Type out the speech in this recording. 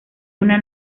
una